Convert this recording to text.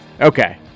Okay